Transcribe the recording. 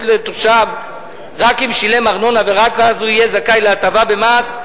לתושב רק אם שילם ארנונה ורק אז הוא יהיה זכאי להטבה במס,